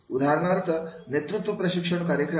उदाहरणार्थ नेतृत्व प्रशिक्षण कार्यक्रम